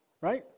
Right